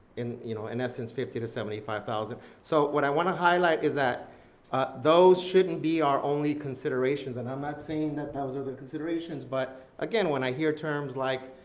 in you know in essence fifty to seventy five thousand dollars. so what i want to highlight is that those shouldn't be our only considerations, and i'm not saying that those are the considerations, but again, when i hear terms like,